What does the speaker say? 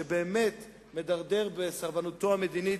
שבאמת מדרדר בסרבנותו המדינית,